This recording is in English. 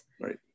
Right